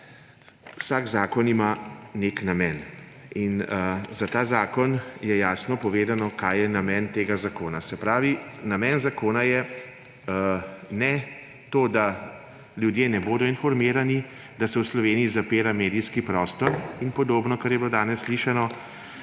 Vsak zakon ima nek namen. Za ta zakon je jasno povedano, kaj je namen tega zakona. Se pravi, namen zakona ni to, da ljudje ne bodo informirani, da se v Sloveniji zapira medijski prostor in podobno, kar je bilo danes slišati,